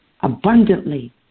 abundantly